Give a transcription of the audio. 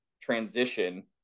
transition